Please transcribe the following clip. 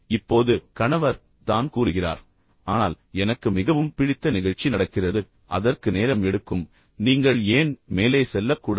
இப்போது கணவர் தான் கூறுகிறார் ஆனால் எனக்கு மிகவும் பிடித்த நிகழ்ச்சி நடக்கிறது அதற்கு நேரம் எடுக்கும் நீங்கள் ஏன் மேலே செல்லக்கூடாது